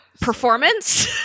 performance